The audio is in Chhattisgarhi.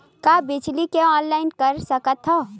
का बिजली के ऑनलाइन कर सकत हव?